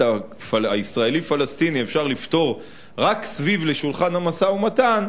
הישראלי פלסטיני אפשר לפתור רק סביב שולחן המשא-ומתן,